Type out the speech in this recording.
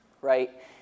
right